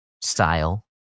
style